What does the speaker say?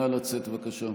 נא לצאת, בבקשה.